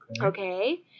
okay